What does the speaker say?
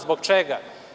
Zbog čega?